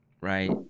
right